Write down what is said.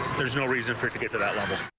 there's no reason for it to get to that.